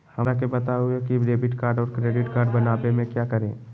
हमरा के बताओ की डेबिट कार्ड और क्रेडिट कार्ड बनवाने में क्या करें?